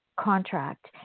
contract